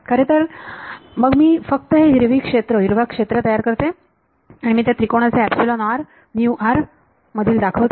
अरे तर मग मी फक्त हे हिरव्या क्षेत्र तयार करते मी त्या त्रिकोणाचे एप्सलोन आर म्यू आर मधील दाखवते